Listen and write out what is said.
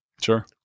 Sure